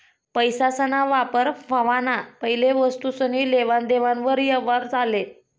पैसासना वापर व्हवाना पैले वस्तुसनी लेवान देवान वर यवहार चाले